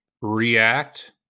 React